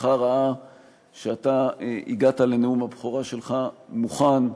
שלך ראה שהגעת לנאום הבכורה שלך מוכן,